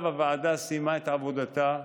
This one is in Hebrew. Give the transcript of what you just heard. עכשיו הוועדה סיימה את עבודתה,